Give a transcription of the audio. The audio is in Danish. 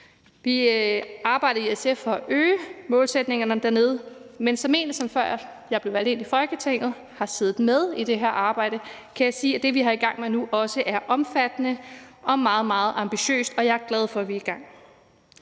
Vi arbejdede i SF for at øge målsætningerne dernede, men som en, som, før jeg blev valgt ind i Folketing, har siddet med i det her arbejde, kan jeg sige, at det, vi er i gang med nu, også er omfattende og meget, meget ambitiøst, og jeg er glad for, at vi er i gang.